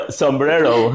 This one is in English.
sombrero